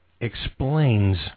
explains